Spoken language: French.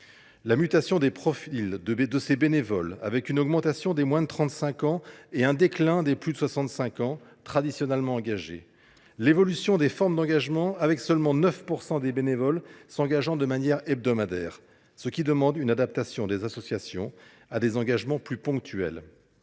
la mutation des profils de ses bénévoles, avec une augmentation des moins de 35 ans et un déclin des plus de 65 ans, traditionnellement engagés, ou l’évolution des formes d’engagement, puisque seuls 9 % des bénévoles s’engagent de manière hebdomadaire, ce qui demande une adaptation des associations à des engagements plus ponctuels.